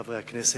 חברי הכנסת,